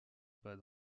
pas